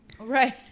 Right